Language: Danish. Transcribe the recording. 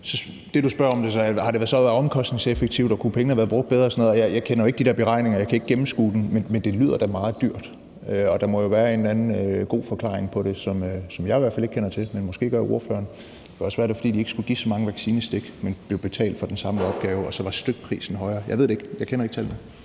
Det, du spørger om, er så: Har det været omkostningseffektivt, og kunne pengene have været brugt bedre og sådan noget? Jeg kender jo ikke de der beregninger, og jeg kan ikke gennemskue dem, men det lyder da meget dyrt, og der må være en eller anden god forklaring på det, som jeg i hvert fald ikke kender til, men måske gør ordføreren. Det kan også være, at det var, fordi de ikke skulle give så mange vaccinestik, men blev betalt for den samme opgave, og stykprisen så var højere. Jeg ved det ikke. Jeg kender ikke tallene.